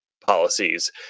policies